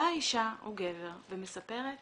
באה אישה או גבר, ומספרת